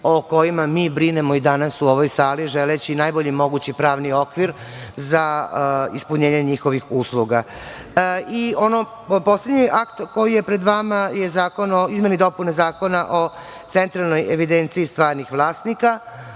o kojima mi brinemo i danas u ovoj sali, želeći najbolji mogući pravni okvir za ispunjenje njihovih usluga. Poslednji akt koji je pred vama je zakon o izmenama i dopunama Zakona o centralnoj evidenciji stvarnih vlasnika.